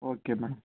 okay madam